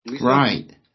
right